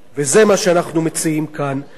וזה מה שאנחנו מציעים כאן,